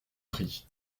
prit